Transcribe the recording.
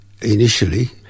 initially